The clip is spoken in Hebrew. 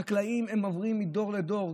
חקלאים עוברים מדור לדור.